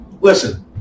listen